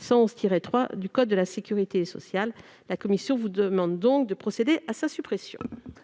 111-3 du code de la sécurité sociale. La commission vous demande donc de procéder à sa suppression.